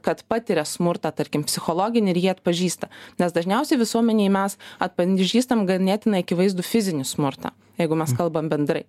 kad patiria smurtą tarkim psichologinį ir jį atpažįsta nes dažniausiai visuomenėj mes atpanžįstam ganėtinai akivaizdų fizinį smurtą jeigu mes kalbam bendrai